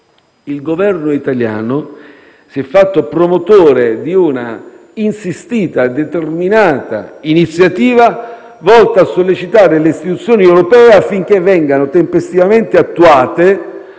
il Governo italiano si è fatto promotore di una insistita e determinata iniziativa, volta a sollecitare le istituzione europee affinché vengano tempestivamente attuate